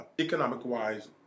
economic-wise